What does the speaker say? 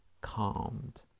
calmed